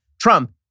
Trump